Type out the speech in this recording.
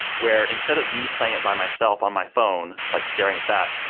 where instead of me playing it by myself on my phone, like staring at that,